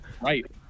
right